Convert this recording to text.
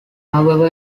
however